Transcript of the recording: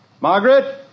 Margaret